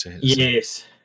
Yes